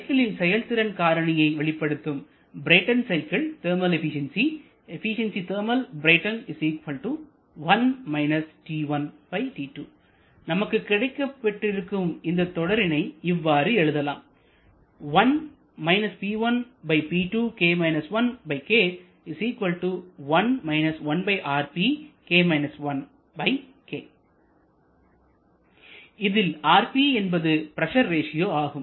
சைக்கிளின் செயல்திறன் காரணியை வெளிப்படுத்தும் பிரேட்டன் சைக்கிள் தெர்மல் எபிசென்சி நமக்கு கிடைக்கப் பெற்றிருக்கும் இந்த தொடரை இவ்வாறு எழுதலாம் இதில் rp என்பது பிரஷர் ரேசியோ ஆகும்